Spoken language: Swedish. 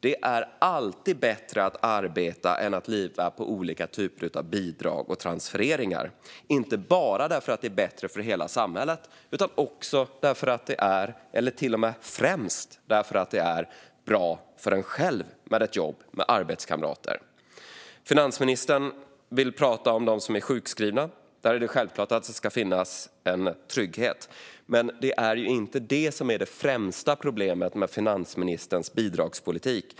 Det är alltid bättre att arbeta än att lita på olika typer av bidrag och transfereringar, inte bara därför att det är bättre för hela samhället utan för att det främst är bra för en själv med ett jobb med arbetskamrater. Finansministern vill prata om dem som är sjukskrivna. Det är självklart att det ska finnas en trygghet för dem. Men det är inte det som är det främsta problemet med finansministerns bidragspolitik.